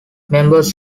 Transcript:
members